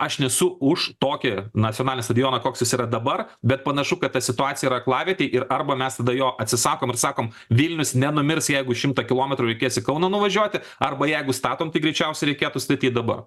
aš nesu už tokį nacionalinį stadioną koks jis yra dabar bet panašu kad ta situacija yra aklavietėj ir arba mes tada jo atsisakom ir sakom vilnius nenumirs jeigu šimtą kilometrų reikės į kauną nuvažiuoti arba jeigu statom tai greičiausiai reikėtų statyt dabar